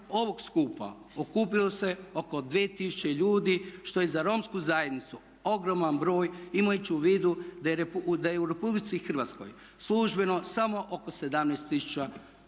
ovog skupa okupilo se oko 2000 ljudi što je za romsku zajednicu ogroman broj imajući u vidu da je u Republici Hrvatskoj službeno samo oko 17000 Roma.